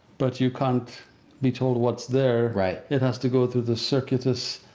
but you can't be told what's there. it has to go through the circuitous.